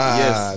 yes